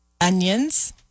onions